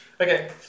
okay